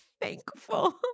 thankful